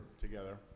together